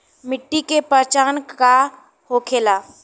मिट्टी के पहचान का होखे ला?